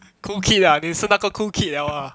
cool kid ah 你是那个 cool kid 了 ah